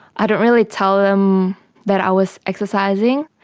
i didn't really tell them that i was exercising.